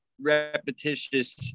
repetitious